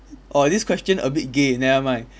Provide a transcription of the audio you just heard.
orh this question a bit gay never mind